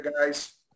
guys